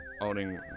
owning